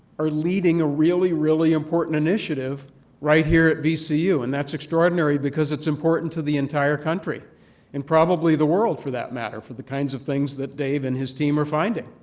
are leading a really, really important initiative right here at vcu and that's extraordinary because it's important to the entire country and probably the world for that matter for the kinds of things that dave and his team are finding